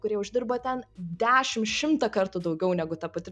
kurie uždirba ten dešim šimtą kartų daugiau negu ta pati